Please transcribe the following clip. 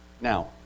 now